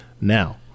now